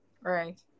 Right